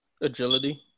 Agility